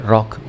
Rock